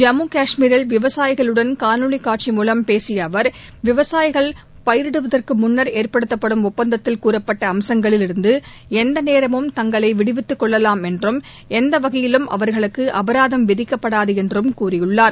ஜம்மு காஷ்மீரில் விவசாயிகளுடன் காணொலி காட்சி மூலம் பேசிய அவர் விவசாயிகள் பயிரிடுவதற்கு முன்னர் ஏற்படுத்தம் ஒப்பந்ததத்தில் கூறப்பட்ட அம்சங்களிலிருந்து எந்த நேரமும் தங்களை விடுவித்துக் கொள்ளலாம் என்றும் எந்த வகையிலும் அவர்களுக்கு அபராதம் விதிக்கப்படாது என்றும் கூறியுள்ளார்